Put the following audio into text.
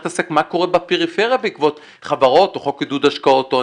צריך להתעסק מה קורה בפריפריה בעקבות חברות או חוק עידוד השקעות הון.